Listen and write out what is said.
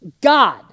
God